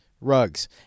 rugs